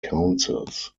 councils